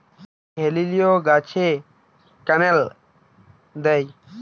হেলিলিও গাছে ক্যানেল দেয়?